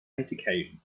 eight